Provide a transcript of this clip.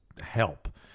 help